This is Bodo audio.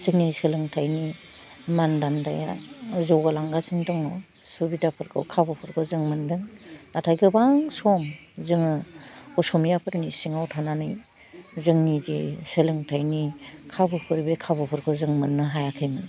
जोंनि सोलोंथाइनि मान दान्दाया जौगालांगासिनो दङ सुबुदाफोरखौ खाबुफोरखौ जों मोन्दों नाथाइ गोबां सम जोङो असमियाफोरनि सिङाव थानानै जोंनि जे सोलोंथाइनि खाबुफोर बे खाबुफोरखौ जों मोन्नो हायाखैमोन